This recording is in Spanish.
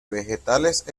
vegetales